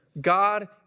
God